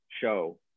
show